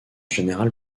général